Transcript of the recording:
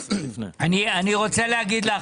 אני רוצה להגיד לך,